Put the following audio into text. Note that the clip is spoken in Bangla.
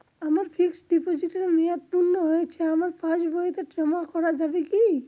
আমার ফিক্সট ডিপোজিটের মেয়াদ পূর্ণ হয়েছে আমার পাস বইতে জমা করা যাবে কি?